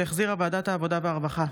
שהחזירה ועדת העבודה והרווחה.